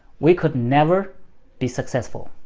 we could never be successful.